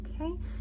okay